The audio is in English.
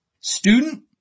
Student